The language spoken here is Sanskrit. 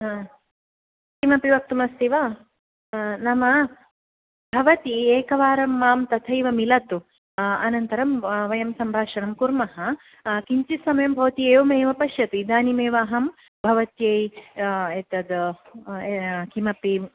हा किमपि वक्तुम् अस्ति वा नाम भवती एकवारं मां तथैव मिलतु अनन्तरं वयं सम्भाषणं कुर्मः किञ्चित् समयं भवती एवमेव पश्यतु इदानीमेव अहं भवत्यै एतत् किमपि